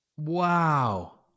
Wow